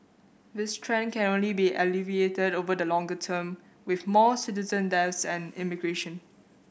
this trend can only be alleviated over the longer term with more citizen and immigration